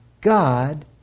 God